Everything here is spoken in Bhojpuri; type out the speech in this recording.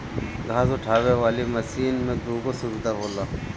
घास उठावे वाली मशीन में दूगो सुविधा होला